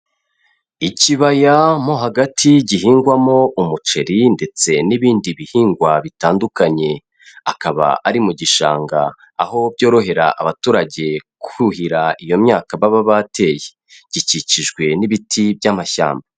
Ikibaya mo hagati gihingwamo umuceri ndetse n'ibindi bihingwa bitandukanye, akaba ari mu gishanga aho byorohera abaturage kuhira iyo myaka baba bateye, gikikijwe n'ibiti by'amashyamba.